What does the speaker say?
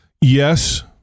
Yes